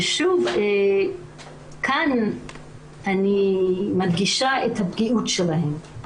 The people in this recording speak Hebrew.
כאן אני מדגישה את הפגיעות שלהן.